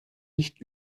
nicht